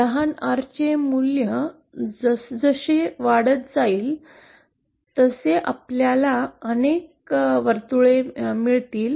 लहान r चे मूल्य जसजशी वाढत जाईल तसे आपल्याला अनेक वर्तुळे मिळतील